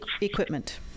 equipment